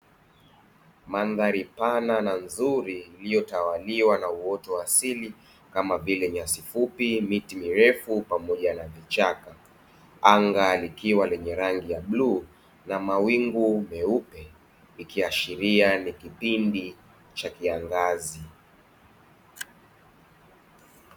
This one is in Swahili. Mandhari pana na nzuri iliyotawaliwa na uoto wa asili kama vile nyasi fup,i miti mirefu, pamoja na vichaka. Anga likiwa lenye rangi ya bluu na mawingu meupe ikiashiria ni kipindi cha kiangazi.